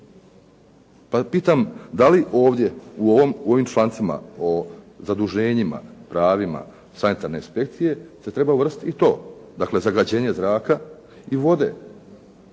pa pitam da li ovdje u ovim člancima o zaduženjima, pravima sanitarne inspekcije se treba uvrstiti i to, dakle zagađenje zraka i vode.